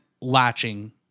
latching